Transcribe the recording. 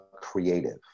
creative